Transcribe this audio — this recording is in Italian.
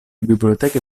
biblioteche